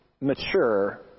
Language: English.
mature